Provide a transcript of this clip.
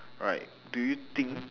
right do you think